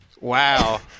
Wow